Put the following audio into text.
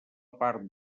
part